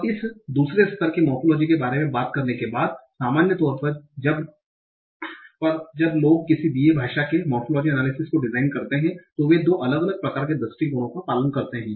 अब इस 2 स्तर के मोरफोलोजी के बारे में बात करने के बाद सामान्य तौर पर जब लोग किसी दिए गए भाषा के लिए मोरफोलोजी अनालिसिस को डिजाइन करते हैं तो वे 2 अलग अलग प्रकार के दृष्टिकोणों का पालन करते हैं